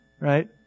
right